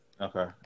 Okay